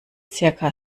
zirka